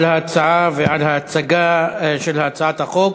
תודה על ההצעה ועל ההצגה של הצעת החוק.